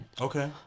okay